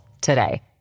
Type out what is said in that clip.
today